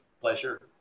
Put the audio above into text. pleasure